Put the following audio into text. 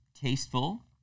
tasteful